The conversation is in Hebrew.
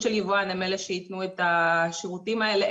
של יבואן הם אלה שייתנו את השירותים האלה.